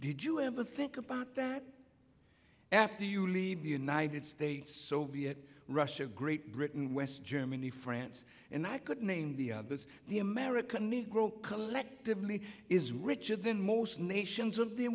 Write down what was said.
did you ever think about after you leave the united states soviet russia great britain west germany france and i could name the others the american negro collectively is richer than most nations of the